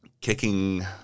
kicking